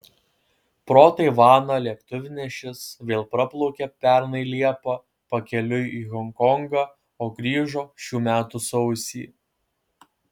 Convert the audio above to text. pro taivaną lėktuvnešis vėl praplaukė pernai liepą pakeliui į honkongą o grįžo šių metų sausį